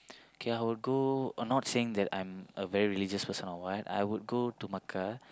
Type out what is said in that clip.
okay I would go or not saying that I'm a very religious or what I would go to Mecca